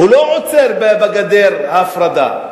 הוא לא עוצר בגדר ההפרדה,